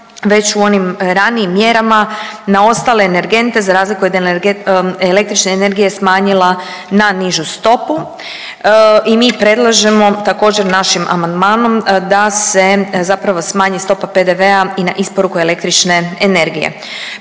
već u onim ranijim mjerama na ostale energente za razliku od električne energije smanjila na nižu stopu i mi predlažemo također našim amandmanom da se zapravo smanji stopa PDV-a i na isporuku električne energije.